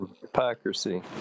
Hypocrisy